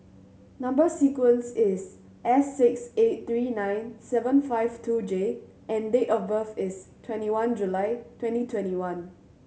number sequence is S six eight three nine seven five two J and date of birth is twenty one July twenty twenty one